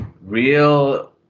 Real